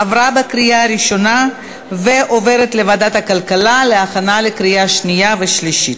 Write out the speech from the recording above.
עברה בקריאה ראשונה ועוברת לוועדת הכלכלה להכנה לקריאה שנייה ושלישית.